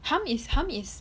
hum is hum is